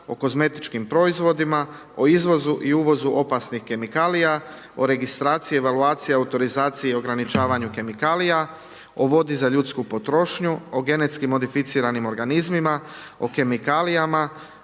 o kozmetičkim proizvodima, o izvozu i uvozu opasnih kemikalija, o registraciji, evaluaciji, autorizaciji i ograničavanju kemikalija, o vodi za ljudsku potrošnju, o genetski modificiranim organizmima, o kemikalijama,